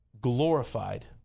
glorified